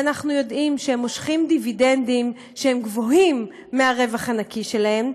ואנחנו יודעים שהם מושכים דיבידנדים שהם גבוהים מהרווח הנקי שלהם,